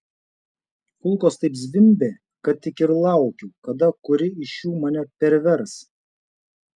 kulkos taip zvimbė kad tik ir laukiau kada kuri iš jų mane pervers